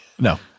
No